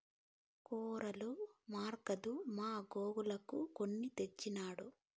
cooler మాక్కాదు మా గోవులకు కొని తెచ్చినాడు